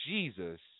Jesus